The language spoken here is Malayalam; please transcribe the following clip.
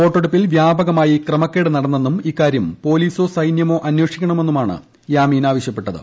വോട്ടെടുപ്പിൽ വ്യാപകമായി ക്രമക്കേട് നടന്നെന്നും ഇക്കാര്യം പോലീസോ സൈന്യമോ അന്വേഷിക്കണമെന്നുമാണ് യാമീൻ ആവശ്യപ്പെട്ടത്